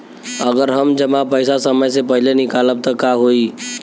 अगर हम जमा पैसा समय से पहिले निकालब त का होई?